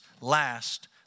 Last